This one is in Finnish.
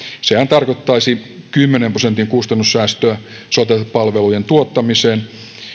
sehän tarkoittaisi kymmenen prosentin kustannussäästöä sote palvelujen tuottamiseen